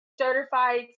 certified